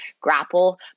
grapple